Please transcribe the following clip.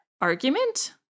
argument